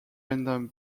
random